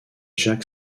jack